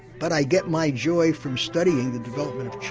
but i get my joy from studying the development of